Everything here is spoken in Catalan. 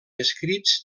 escrits